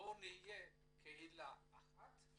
בואו נהיה קהילה אחת.